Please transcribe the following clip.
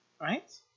right